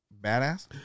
badass